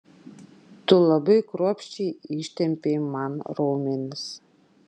tu labai kruopščiai ištempei man raumenis